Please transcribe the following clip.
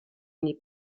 n’est